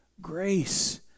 grace